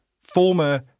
former